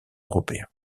européens